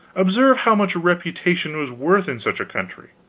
observe how much a reputation was worth in such a country.